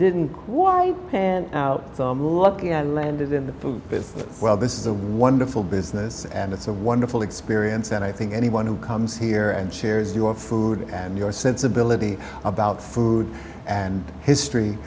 didn't pan out luck and landed in the food business well this is a wonderful business and it's a wonderful experience and i think anyone who comes here and shares your food and your sensibility about food and history